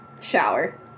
Shower